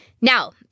Now